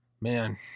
Man